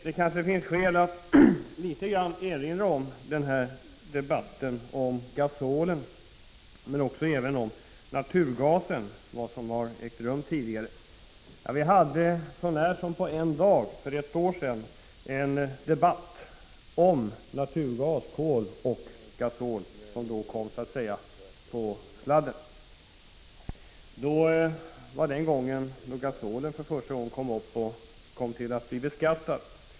Det kanske finns skäl att litet grand erinra om den debatt som har förts tidigare om gasolen men även om naturgasen. För ett år sedan, så när som på en dag, hade vi en debatt om i första hand naturgas och kol — gasolen kom då så att säga på sladden. Det var då gasolen för första gången kom att bli beskattad.